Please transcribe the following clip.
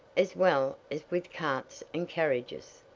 as well as with carts and carriages.